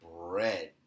bread